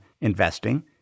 investing